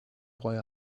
boy